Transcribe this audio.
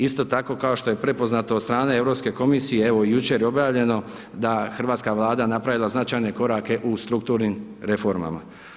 Isto tako kao što je prepoznato od strane Europske komisije, evo i jučer je objavljeno da hrvatska Vlada je napravila značajne korake u strukturnim reformama.